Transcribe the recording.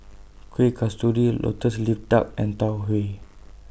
Kueh Kasturi Lotus Leaf Duck and Tau Huay